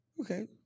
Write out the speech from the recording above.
Okay